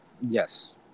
Yes